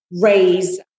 raise